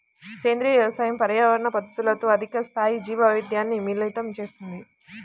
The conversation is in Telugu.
సేంద్రీయ వ్యవసాయం పర్యావరణ పద్ధతులతో అధిక స్థాయి జీవవైవిధ్యాన్ని మిళితం చేస్తుంది